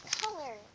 color